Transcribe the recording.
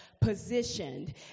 positioned